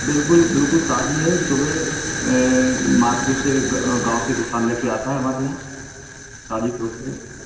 बिल्कुल बिल्कुल ताजी है सुबह मार्केट से गाँव से किसान लेके आता है हमारे यहाँ ताजी तोड़ के